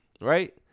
right